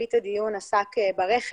אני בעצמי עוסקת בזה